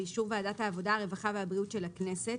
באישור ועדת העבודה הרווחה והבריאות של הכנסת,